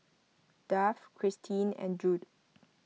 Duff Christine and Jude